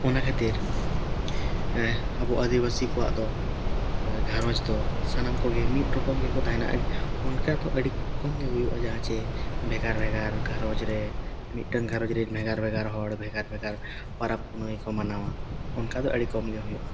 ᱚᱱᱟ ᱠᱷᱟᱹᱛᱤᱨ ᱟᱵᱚ ᱟᱫᱤᱵᱟᱥᱤ ᱠᱚᱣᱟᱜ ᱫᱚ ᱜᱷᱟᱨᱚᱸᱡᱽᱫᱚ ᱥᱟᱱᱟᱢ ᱠᱚᱜᱮ ᱢᱤᱫ ᱨᱚᱠᱚᱢ ᱜᱮᱠᱚ ᱛᱟᱦᱮᱱᱟ ᱟᱹᱰᱤ ᱚᱱᱠᱟᱫᱚ ᱟᱹᱰᱤ ᱠᱷᱩᱵ ᱠᱚᱢᱜᱮ ᱦᱩᱭᱩᱜᱼᱟ ᱡᱟᱦᱟᱸ ᱪᱮ ᱵᱷᱮᱜᱟᱨᱼᱵᱷᱮᱜᱟᱨ ᱜᱷᱟᱨᱚᱸᱡᱽᱨᱮ ᱢᱤᱫᱴᱟᱝ ᱜᱷᱟᱨᱚᱸᱡᱽ ᱨᱮᱱ ᱵᱷᱮᱜᱟᱨᱼᱵᱷᱮᱜᱟᱨ ᱦᱚᱲ ᱵᱷᱮᱜᱟᱨᱼᱵᱷᱮᱜᱟᱨ ᱯᱚᱨᱚᱵᱽᱼᱯᱩᱱᱟᱹᱭ ᱠᱚ ᱢᱟᱱᱟᱣᱟ ᱚᱱᱠᱟᱫᱚ ᱟᱹᱰᱤ ᱠᱚᱢᱜᱮ ᱦᱩᱭᱩᱜᱼᱟ